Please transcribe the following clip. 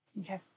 Okay